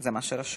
זה מה שרשום.